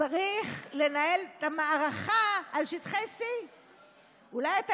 צריך לנהל את המערכה על שטחי C. אולי אתה